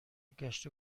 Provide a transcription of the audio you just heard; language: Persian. گشت